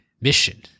mission